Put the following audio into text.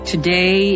Today